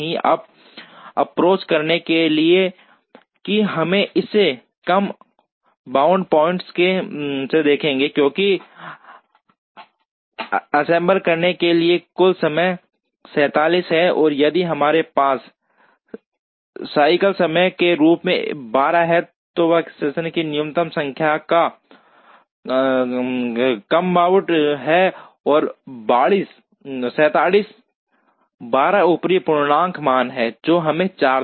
अब अप्रोच करने के लिए कि हम इसे कम बाउंड पॉइंट से देखेंगे क्योंकि असेंबल करने के लिए कुल समय 47 है और यदि हमारे पास साइकल समय के रूप में 12 है तो वर्कस्टेशन की न्यूनतम संख्या कम बाउंड है 47 12 ऊपरी पूर्णांक मान जो हमें 4 देगा